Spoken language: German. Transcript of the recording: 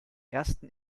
ersten